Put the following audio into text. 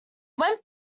went